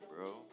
bro